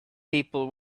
people